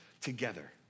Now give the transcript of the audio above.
together